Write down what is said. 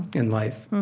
in life